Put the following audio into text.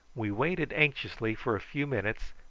we waited anxiously for a few minutes,